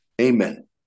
Amen